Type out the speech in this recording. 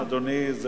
כן, אדוני.